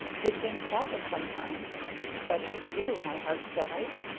good things happen sometimes such as you, my heart's delight.